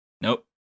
Nope